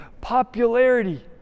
popularity